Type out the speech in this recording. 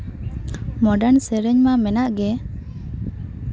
modern ᱥᱮᱨᱮᱧ ᱢᱟ ᱢᱮᱱᱟᱜ ᱜᱮ